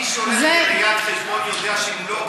מי שהולך לראיית חשבון יודע שאם הוא לא